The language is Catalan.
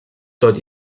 tot